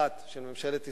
אחת של ממשלת ישראל,